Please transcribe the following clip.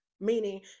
Meaning